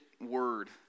word